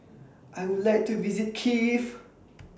I Would like to visit Kiev